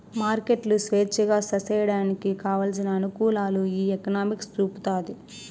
మార్కెట్లు స్వేచ్ఛగా సేసేయడానికి కావలసిన అనుకూలాలు ఈ ఎకనామిక్స్ చూపుతాది